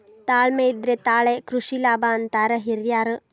ತಾಳ್ಮೆ ಇದ್ರೆ ತಾಳೆ ಕೃಷಿ ಲಾಭ ಅಂತಾರ ಹಿರ್ಯಾರ್